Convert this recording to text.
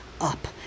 up